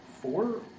four